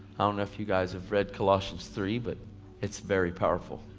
i don't if you guys have read colossians three, but it's very powerful.